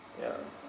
ya